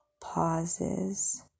pauses